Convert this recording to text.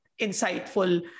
insightful